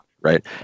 right